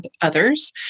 others